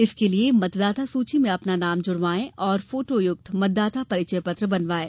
इसके लिए मतदाता सूची में अपना नाम जुड़वाये और फोटोयुक्त मतदाता परिचय पत्र बनवाये